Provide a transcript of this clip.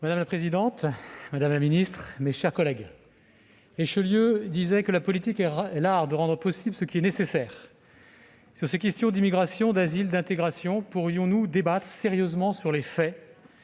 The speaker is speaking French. Madame la présidente, madame la ministre, mes chers collègues, Richelieu disait que « la politique est l'art de rendre possible ce qui est nécessaire ». Sur ces questions d'immigration, d'asile, d'intégration qui remettent en cause